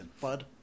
bud